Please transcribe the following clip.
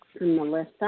Melissa